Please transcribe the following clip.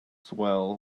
swell